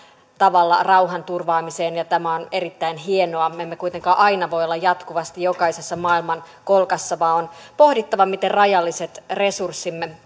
tavalla rauhanturvaamiseen ja tämä on erittäin hienoa me emme kuitenkaan aina voi olla jatkuvasti jokaisessa maailmankolkassa vaan on pohdittava miten rajalliset resurssimme